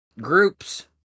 groups